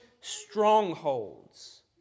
strongholds